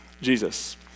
jesus